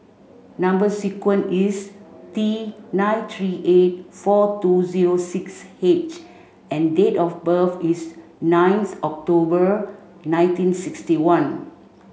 number sequence is T nine three eight four two zero six H and date of birth is ninth October nineteen sixty one